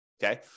Okay